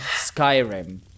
Skyrim